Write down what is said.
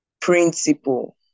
principle